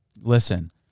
Listen